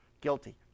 Guilty